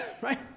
right